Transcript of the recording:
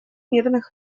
мирных